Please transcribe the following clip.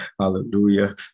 Hallelujah